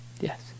Yes